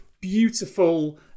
beautiful